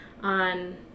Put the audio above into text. on